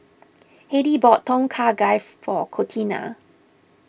Hedy bought Tom Kha Gai for Contina